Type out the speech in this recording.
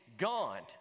Gone